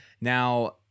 Now